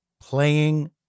playing